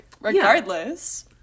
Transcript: regardless